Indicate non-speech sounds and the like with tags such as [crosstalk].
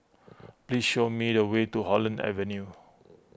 [noise] please show me the way to Holland Avenue